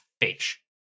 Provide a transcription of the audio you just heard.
fish